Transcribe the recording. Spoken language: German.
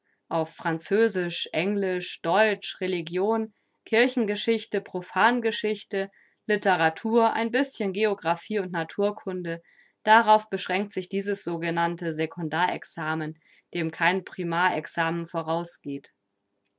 auf französisch englisch deutsch religion kirchengeschichte profangeschichte literatur ein bischen geographie und naturkunde darauf beschränkt sich dieses sogenannte sekundar examen dem kein primar examen vorausgeht